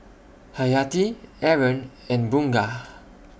Hayati Aaron and Bunga